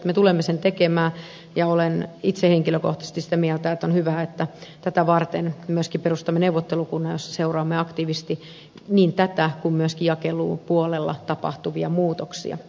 me tulemme sen tekemään ja olen itse henkilökohtaisesti sitä mieltä että on hyvä että tätä varten myöskin perustamme neuvottelukunnan jossa seuraamme aktiivisesti niin tätä kuin myöskin jakelupuolella tapahtuvia muutoksia